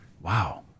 Wow